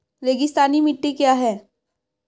रेगिस्तानी मिट्टी क्या है?